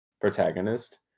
protagonist